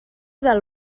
del